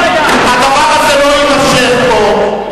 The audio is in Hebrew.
הדבר הזה לא יימשך פה,